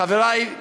חברי,